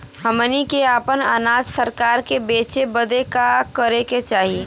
हमनी के आपन अनाज सरकार के बेचे बदे का करे के चाही?